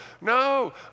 no